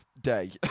Day